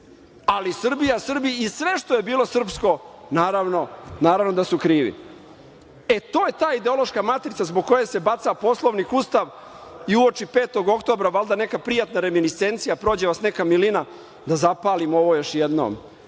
ali Srbija, Srbi, i sve što je bilo srpsko, naravno da su krivi. To je ta ideološka matrica zbog koje se baca Poslovnik, Ustav i u oči 5. oktobra, valjda neka prijatna reminescencija, valjda prođe vas neka milina, da zapalim ovo još jednom.